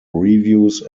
reviews